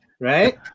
right